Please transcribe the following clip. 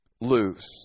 loose